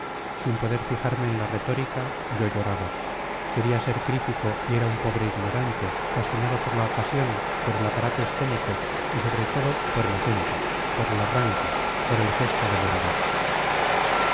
sin poder fijarme en la retórica yo lloraba quería ser crítico y era un pobre ignorante fascinado por la ocasión por el aparato escénico y sobre todo por el acento por el arranque por el gesto del orador